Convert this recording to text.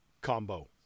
combo